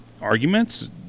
arguments